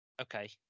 Okay